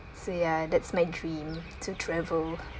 so ya that's my dream to travel